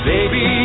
Baby